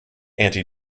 anti